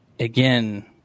Again